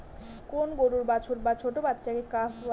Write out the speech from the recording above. কোন গরুর বাছুর বা ছোট্ট বাচ্চাকে কাফ বলে